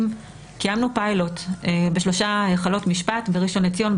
קיימנו פיילוט בשלושה היכלות משפט: בראשון לציון,